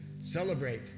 celebrate